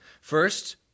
First